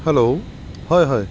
hello হয় হয়